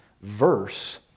verse